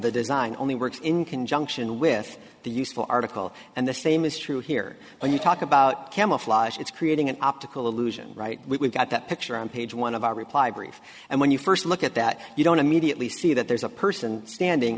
the design only works in conjunction with the useful article and the same is true here when you talk about camouflage it's creating an optical illusion right we've got that picture on page one of our reply brief and when you first look at that you don't immediately see that there's a person standing